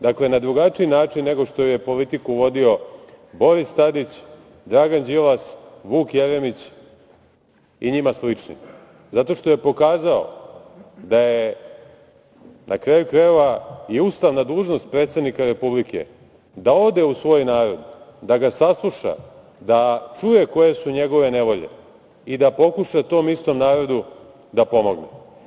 Dakle, na drugačiji način nego što je politiku vodi Boris Tadić, Dragan Đilas, Vuk Jeremić i njima slični, zato što je pokazao da je, na kraju krajeva, i ustavna dužnost predsednika Republika da ode u svoj narod, da ga sasluša, da čuje koje su njegove nevolje i da pokuša tom istom narodu da pomogne.